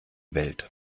welt